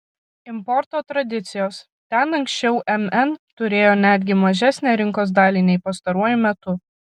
importo tradicijos ten anksčiau mn turėjo netgi mažesnę rinkos dalį nei pastaruoju metu